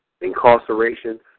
incarceration